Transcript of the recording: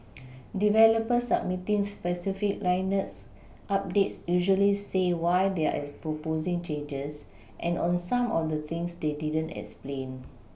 developers submitting specific Linux updates usually say why they're proposing changes and on some of the things they didn't explain